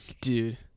dude